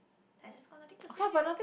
I just got nothing to say already what